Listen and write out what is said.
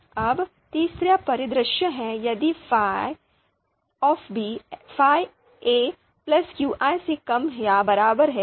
अब तीसरा परिदृश्य है यदि फाई Fi qi से कम या बराबर है